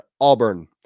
Auburn